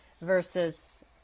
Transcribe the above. versus